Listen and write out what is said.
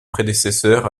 prédécesseur